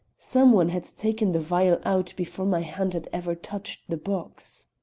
some one had taken the vial out before my hand had ever touched the box.